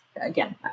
again